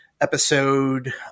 episode